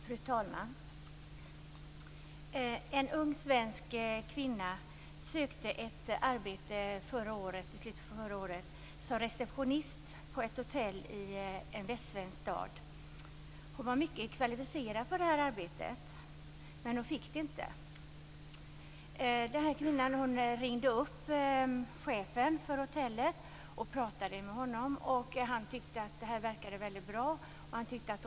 Fru talman! En ung svensk kvinna sökte i slutet av förra året ett arbete som receptionist på ett hotell i en västsvensk stad. Hon var mycket kvalificerad för detta arbete, men hon fick det inte. Kvinnan ringde upp chefen för hotellet, och han tyckte att hon skulle komma på intervju.